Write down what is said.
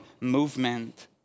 movement